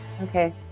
Okay